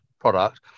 product